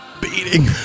beating